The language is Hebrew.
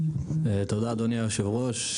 תודה אדוני היו"ר,